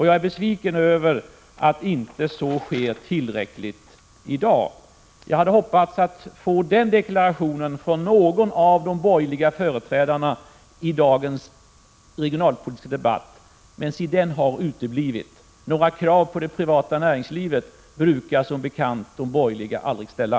Jag är besviken över att detta inte sker i tillräcklig utsträckning i dag. Jag hade hoppats att få en deklaration i denna riktning från någon av de borgerliga företrädarna under dagens regionalpolitiska debatt, men den har uteblivit. Några krav på det privata näringslivet brukar de borgerliga som bekant aldrig ställa.